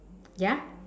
ya